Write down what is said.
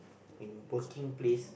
in working place